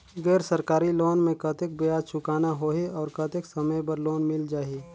गैर सरकारी लोन मे कतेक ब्याज चुकाना होही और कतेक समय बर लोन मिल जाहि?